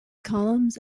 columns